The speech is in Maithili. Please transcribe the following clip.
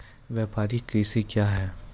व्यापारिक कृषि क्या हैं?